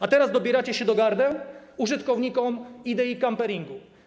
A teraz dobieracie się do gardeł użytkownikom idei kamperingu.